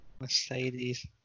Mercedes